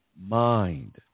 mind